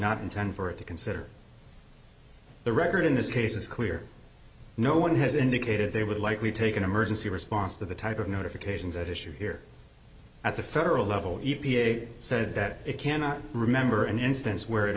not intend for it to consider the record in this case is clear no one has indicated they would likely take an emergency response to the type of notifications at issue here at the federal level e p a said that it cannot remember an instance where it